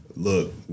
look